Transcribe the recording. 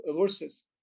verses